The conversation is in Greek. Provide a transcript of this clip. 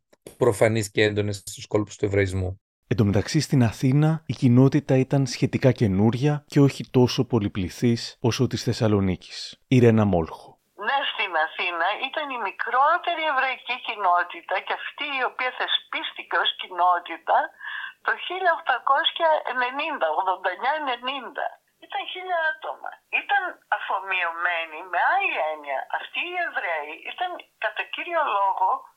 προφανείς και έντονες στους κόλπους του εβραϊσμού. Εν τω μεταξύ, στην Αθήνα, η κοινότητα ήταν σχετικά καινούρια και όχι τόσο πολυπληθής όσο της Θεσσαλονίκης. Η Ρένα Μόλχο. Ναι, στην Αθήνα ήταν η μικρότερη εβραϊκή κοινότητα και αυτή η οποία θεσπίστηκε ως κοινότητα το 1899-90. Ήταν χίλια άτομα. Ήταν αφομοιωμένη, με άλλη έννοια, αυτοί οι εβραίοι ήταν, κατά κύριο λόγο,